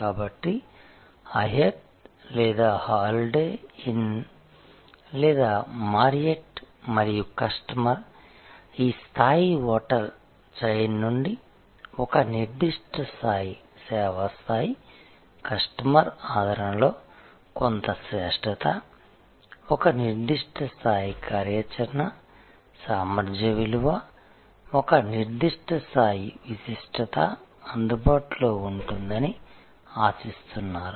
కాబట్టి హయత్ లేదా Holiday Inn లేదా మారియట్ మరియు కస్టమర్ ఈ స్థాయి హోటల్ చైన్ నుండి ఒక నిర్దిష్ట స్థాయి సేవా స్థాయి కస్టమర్ ఆదరణలో కొంత శ్రేష్ఠత ఒక నిర్దిష్ట స్థాయి కార్యాచరణ సామర్థ్య విలువ ఒక నిర్దిష్ట స్థాయి విశిష్టత అందుబాటులో ఉంటుందని ఆశిస్తున్నారు